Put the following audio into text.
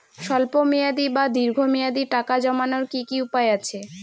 স্বল্প মেয়াদি বা দীর্ঘ মেয়াদি টাকা জমানোর কি কি উপায় আছে?